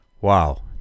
Wow